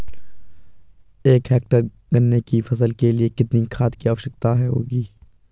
एक हेक्टेयर गन्ने की फसल के लिए कितनी खाद की आवश्यकता होगी?